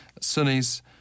Sunnis